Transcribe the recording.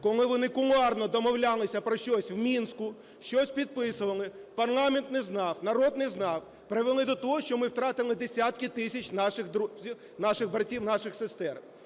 коли вони кулуарно домовлялися про щось в Мінську, щось підписували, парламент не знав, народ не знав, привели до того, що ми втратили десятки тисяч наших друзів, наших братів,